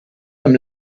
them